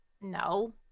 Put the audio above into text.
No